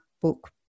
book